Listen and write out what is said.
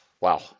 Wow